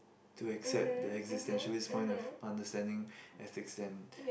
to accept the existentialist point of understanding ethics and